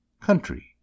country